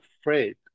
afraid